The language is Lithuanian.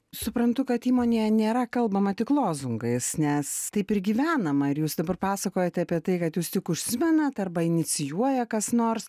suprantu kad įmonėje nėra kalbama tik lozungais nes taip ir gyvenama ir jūs dabar pasakojate apie tai kad jūs tik užsimenat arba inicijuoja kas nors